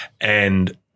and-